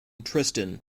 tristan